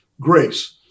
grace